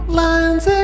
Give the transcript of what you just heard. lines